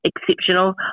exceptional